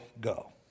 go